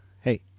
hey